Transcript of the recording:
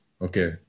Okay